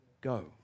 go